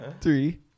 Three